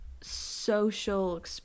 Social